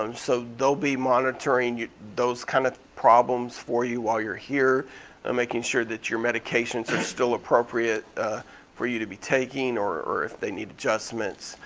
um so they'll be monitoring those kind of problems for you while you're here and making sure that your medications are still appropriate for you to be taking or if they need adjustments.